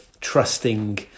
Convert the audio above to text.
trusting